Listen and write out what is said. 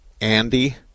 andy